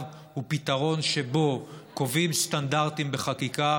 הוא פתרון שבו קובעים סטנדרטים בחקיקה.